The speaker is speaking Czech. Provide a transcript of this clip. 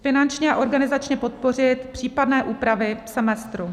Finančně a organizačně podpořit případné úpravy semestru.